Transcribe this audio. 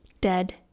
dead